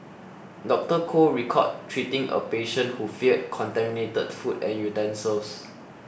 Doctor Koh recalled treating a patient who feared contaminated food and utensils